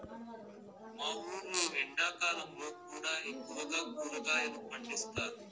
మా ఊర్లో ఎండాకాలంలో కూడా ఎక్కువగా కూరగాయలు పండిస్తారు